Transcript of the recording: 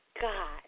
god